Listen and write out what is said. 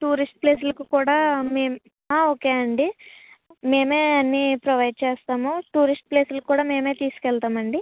tourist ప్లేస్లకి కూడా మేము ఆ ఓకే అండి మేమే అన్ని ప్రొవైడ్ చేస్తాము టూరిస్ట్ ప్లేస్లకి కూడా మేమే తీసుకెళ్తాం అండి